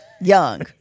Young